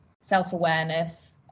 self-awareness